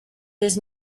his